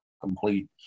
complete